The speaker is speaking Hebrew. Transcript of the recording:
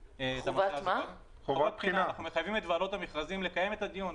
אנחנו מחייבים את ועדות המכרזים לקיים את הדיון.